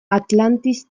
atlantis